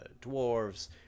dwarves